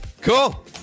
Cool